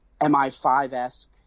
MI5-esque